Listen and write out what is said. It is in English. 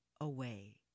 away